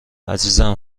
عزیزم